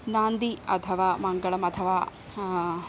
नान्दी अथवा मङ्गलमथवा